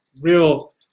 real